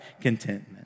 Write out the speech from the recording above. contentment